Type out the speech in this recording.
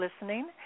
listening